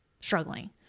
struggling